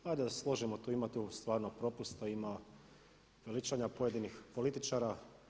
Hajde da se složimo tu imate stvarno propusta, ima veličanja pojedinih političara.